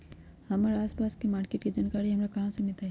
हमर आसपास के मार्किट के जानकारी हमरा कहाँ से मिताई?